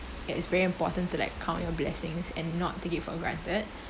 it's very important to like count your blessings and not take it for granted